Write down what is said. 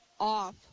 off